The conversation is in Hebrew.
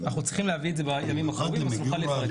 אנחנו צריכים להביא את זה בימים הקרובים ונוכל לפרט.